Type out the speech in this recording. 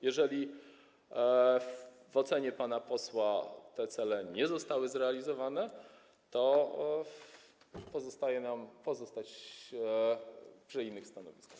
Jeżeli w ocenie pana posła te cele nie zostały zrealizowane, to pozostaje nam pozostać przy innych stanowiskach.